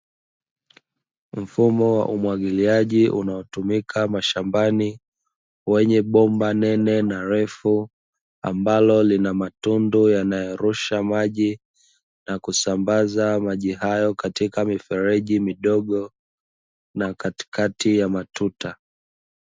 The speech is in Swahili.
Mfumo wa umwagiliaji unaotumika mashambani wenye bomba nene na refu, ambalo linamatundu yanayorusha maji na kusambaza maji hayo katika mifereji midogo na katikati ya matuta.